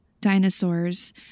dinosaurs